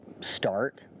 start